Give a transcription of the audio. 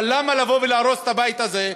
אבל למה לבוא ולהרוס את הבית הזה?